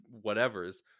whatever's